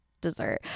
dessert